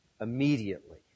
immediately